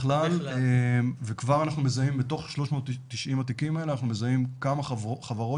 בכלל וכבר אנחנו מזהים בתוך 390 התיקים האלה כמה חברות